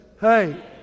Hey